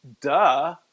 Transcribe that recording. duh